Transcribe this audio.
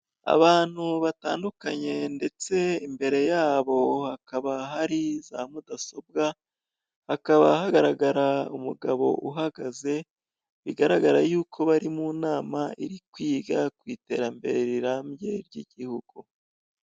Abantu batandukanye ndetse imbere yabo hakaba hari za mudasobwa, hakaba hagaragara umugabo uhagaze bigaragara yuko bari mu nama iri kwiga ku iterambere rirambye ry'igihugu.